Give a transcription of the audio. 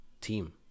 team